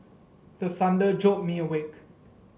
the thunder jolt me awake